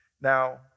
Now